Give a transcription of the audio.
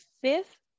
fifth